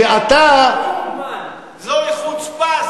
כשאתה, זוהי חוצפה.